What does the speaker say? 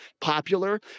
popular